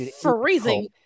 freezing